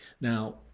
Now